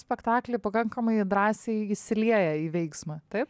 spektaklį pakankamai drąsiai įsilieja į veiksmą taip